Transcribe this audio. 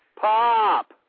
pop